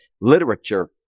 literature